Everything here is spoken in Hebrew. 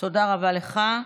תודה רבה לך.